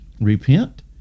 repent